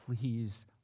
please